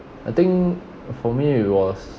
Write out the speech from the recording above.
I think for me it was